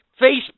Facebook